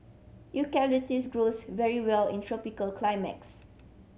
eucalyptus grows very well in tropical climax